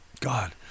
God